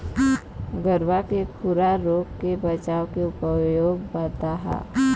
गरवा के खुरा रोग के बचाए के उपाय बताहा?